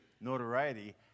notoriety